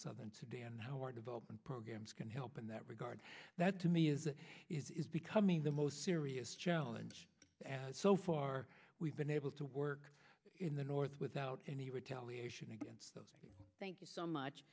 southern sudan development programs can help in that regard that to me is is becoming the most serious challenge and so far we've been able to work in the north without any retaliation against us thank you so much